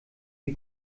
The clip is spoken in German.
die